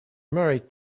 married